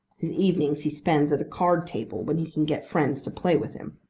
his evenings he spends at a card table when he can get friends to play with him.